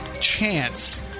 chance